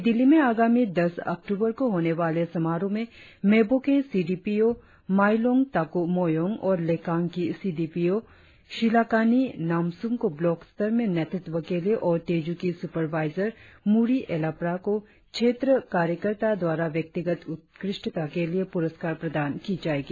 नई दिल्ली में आगामी दस अक्टूबर को होने वाले समारोह में मेबो के C D P O Mailong Taku Moyong और लेकांग की C D P O Shilakani Namshum को ब्लॉंक स्तर में नेतृत्व के लिए और तेजू की सुपरवाइजर मुरी एलप्रा को क्षेत्र कार्यकार्ता द्वारा व्यक्तिगत उत्कृष्टता के लिए प्रस्कार प्रदान की जाएगी